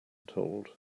told